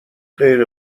غیر